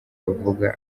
bavuga